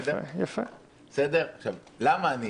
למה אני